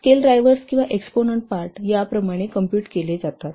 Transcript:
scale drivers किंवा exponent part या प्रमाणे कॉम्पूट केले जातात